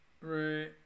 Right